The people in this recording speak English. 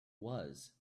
was